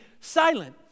silent